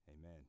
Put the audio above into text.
amen